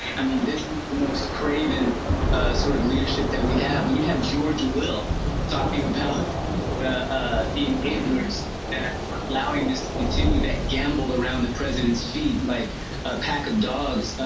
i mean, this is most craven ah sort of leadership that we have. we have george will talking about the ah the enablers that are allowing this to continue, that gambol around the president's feet like a pack of dogs,